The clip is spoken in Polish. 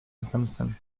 następnym